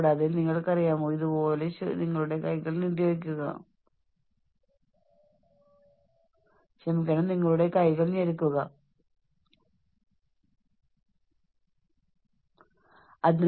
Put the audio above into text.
കൂടാതെ നമ്മുടെ മേലുദ്യോഗസ്ഥർ നമ്മുടെ സഹപ്രവർത്തകർ അല്ലെങ്കിൽ ആർക്കെങ്കിലും നമ്മൾ ഇഷ്ടപ്പെടാത്തവരാണെങ്കിൽ അത് നമ്മിൽ വളരെയധികം സമ്മർദ്ദം ചെലുത്തും